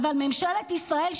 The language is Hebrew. אבל ממשלת ישראל,